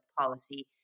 policy